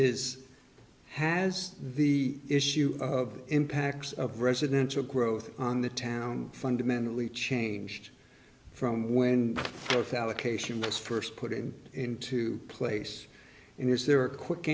is has the issue of impacts of residential growth on the town fundamentally changed from when both allocation was first put in into place in there is there a quick